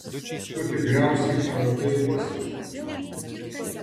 tu tikriausiai praradai uoslę vaikine